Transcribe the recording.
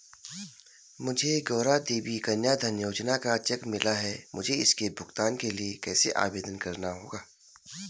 मुझे गौरा देवी कन्या धन योजना का चेक मिला है मुझे इसके भुगतान के लिए कैसे आवेदन करना होगा?